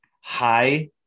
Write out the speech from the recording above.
high